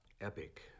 Epic